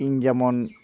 ᱤᱧ ᱡᱮᱢᱚᱱ